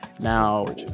Now